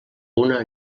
una